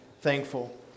thankful